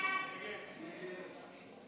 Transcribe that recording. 1 נתקבל.